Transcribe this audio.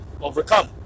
overcome